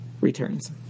returns